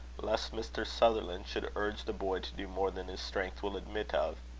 lest mr. sutherland should urge the boy to do more than his strength will admit of.